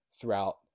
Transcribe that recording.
throughout